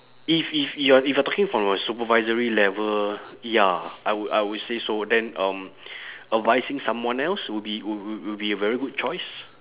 if if you are if you are talking from a supervisory level ya I would I would say so then um advising someone else would be would would would be a very good choice